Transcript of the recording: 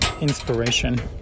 inspiration